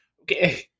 Okay